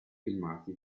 filmati